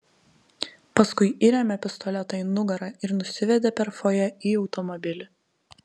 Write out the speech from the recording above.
paskui įrėmė pistoletą į nugarą ir nusivedė per fojė į automobilį